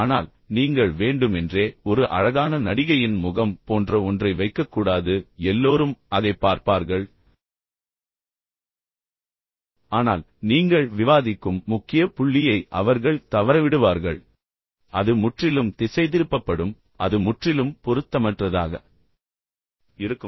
ஆனால் நீங்கள் வேண்டுமென்றே ஒரு அழகான நடிகையின் முகம் போன்ற ஒன்றை வைக்கக்கூடாது பின்னர் எல்லோரும் அதைப் பார்ப்பார்கள் ஆனால் நீங்கள் விவாதிக்கும் முக்கிய புள்ளியை அவர்கள் தவறவிடுவார்கள் அது முற்றிலும் திசைதிருப்பப்படும் அது முற்றிலும் பொருத்தமற்றதாக இருக்கும்